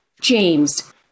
James